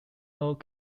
road